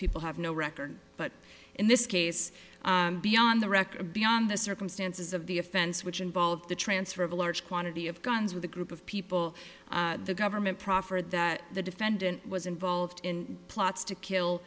people have no record but in this case beyond the record beyond the circumstances of the offense which involved the transfer of a large quantity of guns with a group of people the government proffered that the defendant was involved in plots to kill